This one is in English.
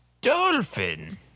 Dolphin